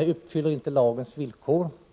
uppfyller lagens villkor.